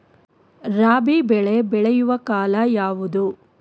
ರಾಬಿ ಬೆಳೆ ಬೆಳೆಯುವ ಕಾಲ ಯಾವುದು?